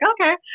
okay